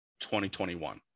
2021